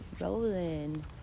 Rolling